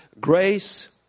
grace